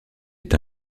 est